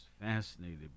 fascinated